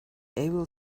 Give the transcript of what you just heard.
able